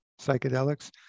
psychedelics